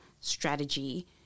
strategy